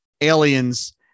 Aliens